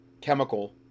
chemical